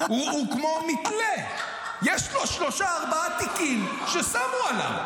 הוא כמו מתלה: יש לו שלושה-ארבעה תיקים ששמו עליו.